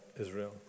Israel